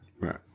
Right